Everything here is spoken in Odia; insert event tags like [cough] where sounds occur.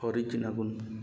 [unintelligible]